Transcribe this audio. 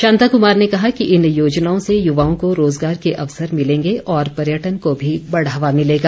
शांता कुमार ने कहा कि इन योजनाओं से युवाओं को रोजगार के अवसर मिलेंगे और पर्यटन को भी बढ़ावा मिलेगा